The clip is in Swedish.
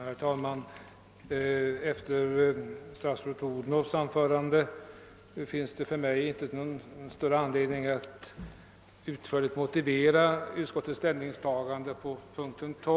Herr talman! Efter statsrådet Odhnoffs anförande finns det för mig inte någon större anledning att utförligt motivera utskottets ställningstagande på denna punkt.